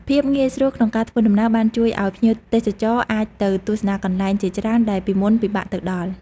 ភាពងាយស្រួលក្នុងការធ្វើដំណើរបានជួយឱ្យភ្ញៀវទេសចរអាចទៅទស្សនាកន្លែងជាច្រើនដែលពីមុនពិបាកទៅដល់។